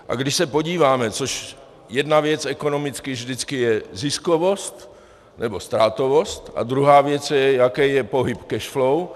A když se podíváme, což jedna věc ekonomicky vždycky je ziskovost nebo ztrátovost a druhá věc je, jaký je pohyb cash flow.